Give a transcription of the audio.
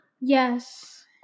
Yes